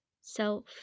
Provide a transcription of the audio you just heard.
Self